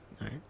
right